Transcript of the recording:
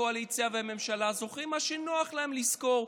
הקואליציה והממשלה זוכרים מה שנוח להם לזכור,